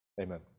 Amen